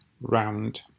Round